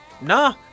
Nah